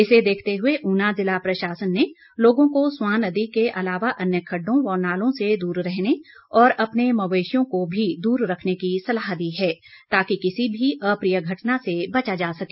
इसे देखते हुए ऊना जिला प्रशासन ने लोगों को स्वां नदी के अलावा अन्य खड्डों व नालों से दूर रहने और अपने मवेशियों को भी दूर रखने की सलाह दी है ताकि किसी भी अप्रिय घटना से बचा जा सके